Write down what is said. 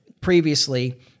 previously